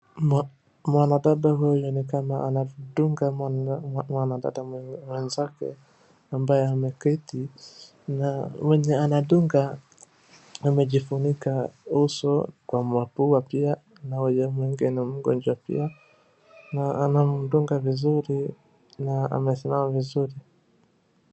Mwanadada huyu nikama anadunga mwanadada mwenzake ambaye ameketi. Na mwenye anadunga amejifunika uso, kwa mapua pia na huyo mwingine mgonjwa pia. Na anamdunga vizuri na amesimama vizuri.